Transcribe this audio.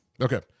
Okay